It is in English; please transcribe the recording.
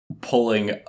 pulling